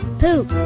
poop